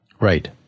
Right